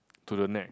to the neck